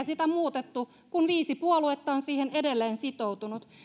sitä muutettu kun viisi puoluetta on siihen edelleen sitoutunut